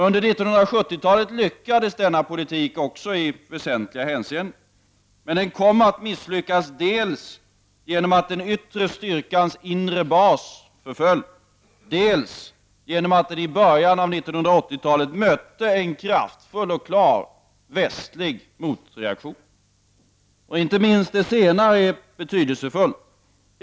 Under 1970-talet lyckades denna politik också i väsentliga hänseenden, men den kom att misslyckas dels genom att den yttre styrkans inre bas förföll, dels genom att den i början av 1980 talet mötte en kraftfull och klar västlig motreaktion. Inte minst det senare är betydelsefullt.